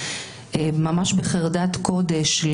ממש בחרדת קודש,